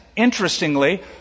Interestingly